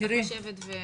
ייחשבו את זה.